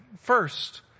First